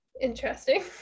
interesting